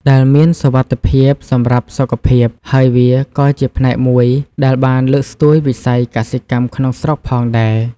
ដែលមានសុវត្ថិភាពសម្រាប់សុខភាព ហើយវាក៏ជាផ្នែកមួយដែលបានលើកស្ទួយវិស័យកសិកម្មក្នុងស្រុកផងដែរ។